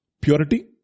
purity